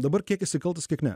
dabar kiek esi kaltas kiek ne